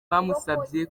bamusabye